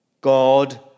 God